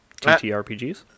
TTRPGs